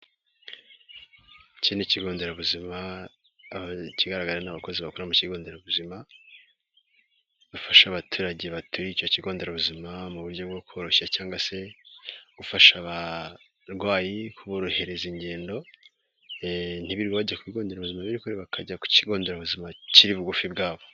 Iki ni ikigo nderabuzima, abagaragara ni abakozi bakora mu kigo nderabuzima, bafasha abaturage baturiye icyo kigo nderabuzima mu buryo bwo koroshya cyangwa se gufasha abarwayi kuborohereza ingendo, ntibirirwe bajya ku bigo nderabuzima biri kure, bakajya ku kigo nderabuzima kiri bugufi bwabo.